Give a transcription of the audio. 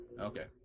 Okay